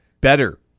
Better